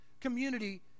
community